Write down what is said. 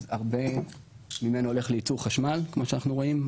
אז הרבה ממנו הולך לייצור חשמל כמו שאנחנו רואים.